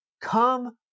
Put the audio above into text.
come